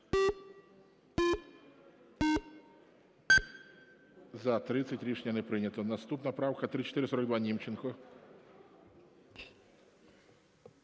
За-30 Рішення не прийнято. Наступна правка 3442. Німченко.